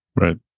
right